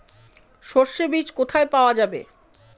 সর্ষে বিজ কোথায় পাওয়া যাবে?